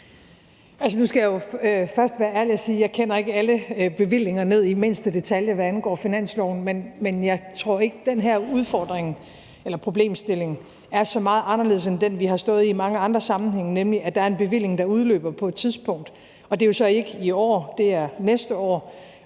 nu skal jeg først være ærlig og sige, at jeg ikke kender alle bevillinger ned i mindste detalje, hvad angår finansloven. Men jeg tror ikke, den her udfordring eller problemstilling er så meget anderledes end den, vi har stået i i mange andre sammenhænge, nemlig at der er en bevilling, der udløber på et tidspunkt. Det er så ikke i år, det er næste år,